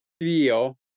feel